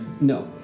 No